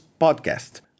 Podcast